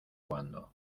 cuando